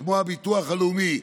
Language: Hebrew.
כמו חוק הביטוח הלאומי,